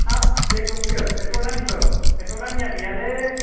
हाब ब्लेक दग सो एथ' दामिखौ एथ' दामनिया गैयालै